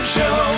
Show